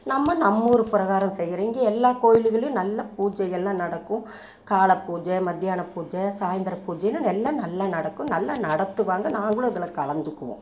நம்ம நம்ம ஊர் பிரகாரம் செய்யிறோம் இங்கேயே எல்லா கோயில்கள்லேயும் நல்லா பூஜைகளெலாம் நடக்கும் காலை பூஜை மதியானம் பூஜை சாயிந்திர பூஜைனு எல்லாம் நல்லா நடக்கும் நல்லா நடத்துவாங்க நாங்களும் அதில் கலந்துக்குவோம்